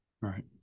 Right